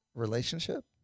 relationship